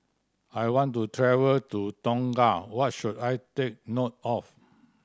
I want to travel to Tonga what should I take note of